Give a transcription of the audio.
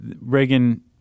Reagan